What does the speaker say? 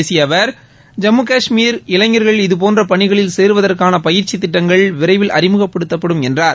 விழாவில் பேசிய அவர் ஜம்மு கஷ்மீர் இளைஞர்கள் இதபோன்ற பணிகளில் சேருவதற்கான பயிற்சித் திட்டங்கள் விரைவில் அறிமுகப்படுத்தப்படும் என்றார்